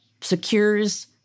secures